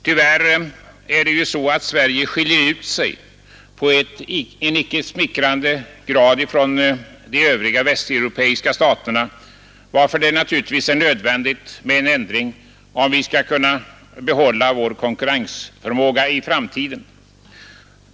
Tyvärr är det ju så att Sverige skiljer ut sig i en icke smickrande grad från de övriga västeuropeiska staterna, varför det är nödvändigt med en ändring, om vi skall kunna behålla vår konkurrensförmåga i framtiden.